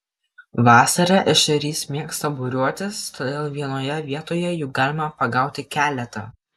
vasarą ešerys mėgsta būriuotis todėl vienoje vietoje jų galima pagauti keletą